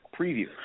Preview